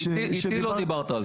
איתי לא דיברת על זה.